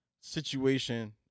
situation